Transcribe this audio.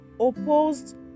opposed